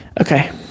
okay